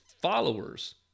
followers